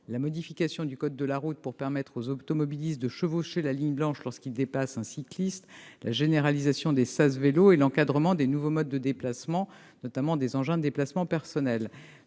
la modification du code de la route pour permettre aux automobilistes de chevaucher la ligne blanche lorsqu'ils dépassent un cycliste, la généralisation des sas vélos et l'encadrement des nouveaux modes de déplacement, notamment des engins de déplacement personnel.